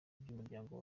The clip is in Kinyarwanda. by’umuryango